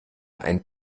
ein